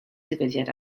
digwyddiad